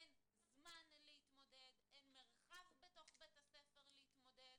אין זמן להתמודד, אין מרחב בתוך בית הספר להתמודד,